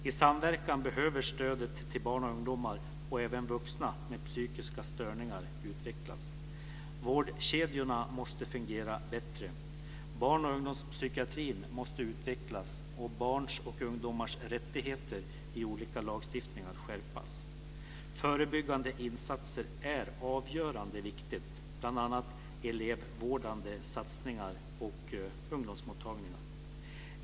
I samverkan behöver stödet till barn, ungdomar och även vuxna med psykiska störningar utvecklas. Vårdkedjorna måste fungera bättre. Barn och ungdomspsykiatrin måste utvecklas och barns och ungdomars rättigheter i olika lagstiftningar skärpas. Förebyggande insatser är avgörande viktigt, bl.a. elevvårdande satsningar och ungdomsmottagningar.